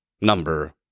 number